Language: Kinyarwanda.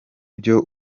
byo